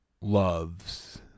loves